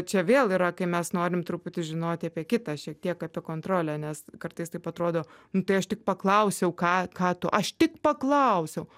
čia vėl yra kai mes norim truputį žinoti apie kitą šiek tiek apie kontrolę nes kartais taip atrodo nu tai aš tik paklausiau ką ką tu aš tik paklausiau